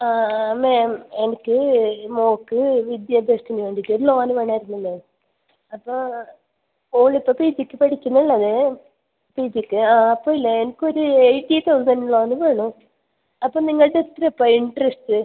മാം എനിക്ക് മോൾക്ക് വിദ്യാഭ്യാസത്തിന് വേണ്ടിയിട്ട് ഒരു ലോൺ വേണമായിരുന്നു മാം അപ്പോൾ ഓൾ ഇപ്പോൾ പി ജിക്ക് പഠിക്കുന്നുള്ളത് പി ജിക്ക് ആ അപ്പോൾ ഇല്ലേ എനിക്കൊരു എയ്റ്റി തൗസൻഡ് ലോൺ വേണം അപ്പോൾ നിങ്ങൾക്ക് എത്ര ഇപ്പം ഇൻ്ററസ്റ്റ്